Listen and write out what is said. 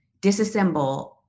disassemble